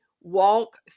walk